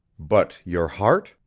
but your heart?